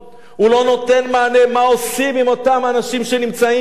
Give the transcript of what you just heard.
הוא לא נותן מענה למה עושים עם אותם אנשים שנמצאים כאן,